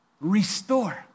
restore